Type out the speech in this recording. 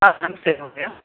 नमस्ते महोदय